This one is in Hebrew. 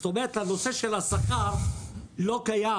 זאת אומרת שהנושא של השכר לא קיים.